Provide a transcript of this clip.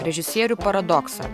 režisierių paradoksą